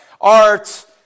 art